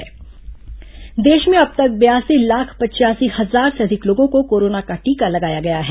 corona टीकाकरण देश में अब तक बयासी लाख पचयासी हजार से अधिक लोगों को कोरोना का टीका लगाया गया है